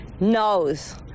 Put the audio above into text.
knows